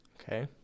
Okay